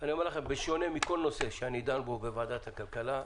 אני אומר לכם שבשונה מכל נושא בו אני דן בוועדת הכלכלה,